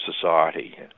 society